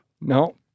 No